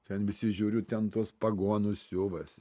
ten visi žiūriu ten tuos pagonus siuvasi